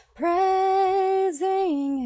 praising